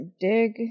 Dig